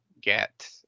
get